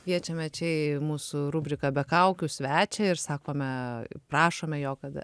kviečiame čia į mūsų rubriką be kaukių svečią ir sakome prašome jo kad